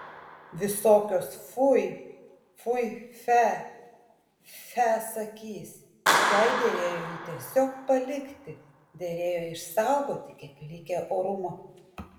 visokios fui fui fe fe sakys jai derėjo jį tiesiog palikti derėjo išsaugoti kiek likę orumo